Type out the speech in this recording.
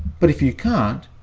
but if you can't,